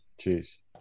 Cheers